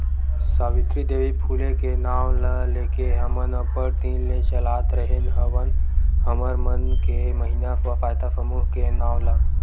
सावित्री देवी फूले के नांव ल लेके हमन अब्बड़ दिन ले चलात रेहे हवन हमर मन के महिना स्व सहायता समूह के नांव ला